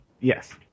Yes